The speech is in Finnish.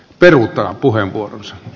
edetessä noudatetaan